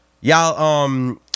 y'all